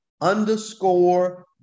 underscore